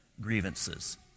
grievances